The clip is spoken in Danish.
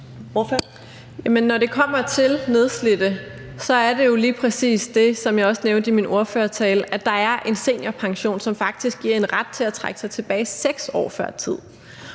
når det kommer til nedslidte, er det jo lige præcis det – som jeg også nævnte i min ordførertale – at der er en seniorpension, som faktisk giver en ret til at trække sig tilbage 6 år før tid.